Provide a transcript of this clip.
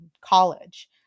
college